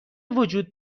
وجود